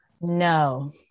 No